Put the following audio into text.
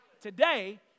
Today